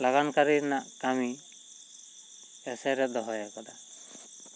ᱞᱟᱜᱟᱱ ᱠᱟᱹᱨᱤ ᱨᱮᱱᱟᱜ ᱠᱟᱹᱢᱤ ᱮᱥᱮᱨ ᱮ ᱫᱚᱦᱚᱭᱟ ᱠᱟᱫᱟ